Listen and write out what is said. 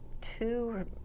two